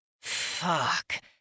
Fuck